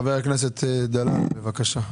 חבר הכנסת דלל, בבקשה.